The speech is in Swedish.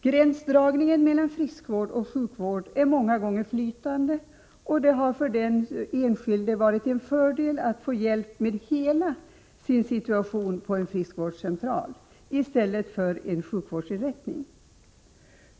Gränsdragningen mellan friskvård och sjukvård är många gånger flytande, och det har för den enskilde varit en fördel att få hjälp med hela sin situation på en friskvårdscentral i stället för på en sjukvårdsinrättning.